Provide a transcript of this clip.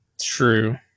true